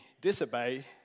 disobey